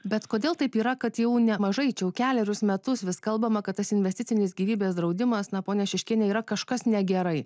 bet kodėl taip yra kad jau nemažai čia jau kelerius metus vis kalbama kad tas investicinis gyvybės draudimas na pone šeškiene yra kažkas negerai